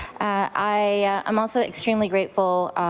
i'm also extremely grateful,